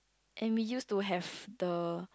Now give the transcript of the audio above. and we use to have the